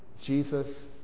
Jesus